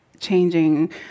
changing